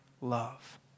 love